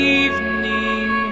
evening